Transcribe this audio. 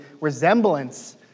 resemblance